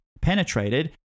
penetrated